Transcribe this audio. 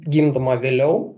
gimdoma vėliau